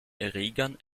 erregern